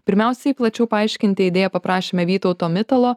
pirmiausiai plačiau paaiškinti idėją paprašėme vytauto mitalo